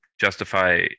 justify